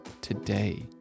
today